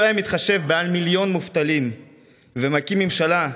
אילו היה מתחשב במיליון מובטלים ומקים ממשלה,